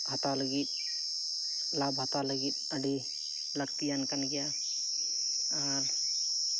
ᱦᱟᱛᱟᱣ ᱞᱟᱹᱜᱤᱫ ᱞᱟᱵᱷ ᱦᱟᱛᱟᱣ ᱞᱟᱹᱜᱤᱫ ᱟᱹᱰᱤ ᱞᱟᱹᱠᱛᱤᱭᱟᱱ ᱠᱟᱱ ᱜᱮᱭᱟ ᱟᱨ